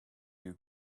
you